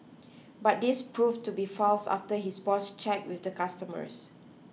but this proved to be false after his boss check with the customers